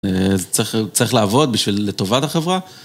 צריך צריך לעבוד בשביל לטובת החברה.